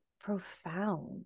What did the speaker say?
profound